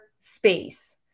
space